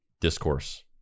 discourse